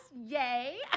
Yay